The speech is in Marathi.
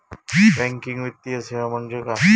बँकिंग वित्तीय सेवा म्हणजे काय?